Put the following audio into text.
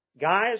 Guys